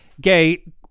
gay